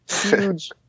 Huge